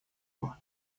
его